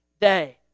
day